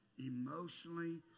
emotionally